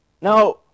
Now